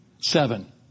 Seven